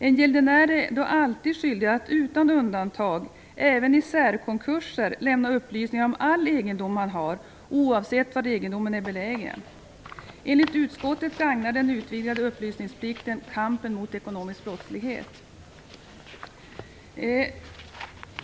En gäldenär är då alltid skyldig att utan undantag, även i särkonkurser, lämna upplysningar om all egendom han har, oavsett var egendomen är belägen. Enligt utskottet gagnar den utvidgade upplysningsplikten kampen mot ekonomisk brottslighet.